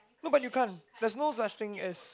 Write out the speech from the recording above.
no but you can't there's no such thing as